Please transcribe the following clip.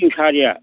Mushahary